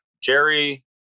Jerry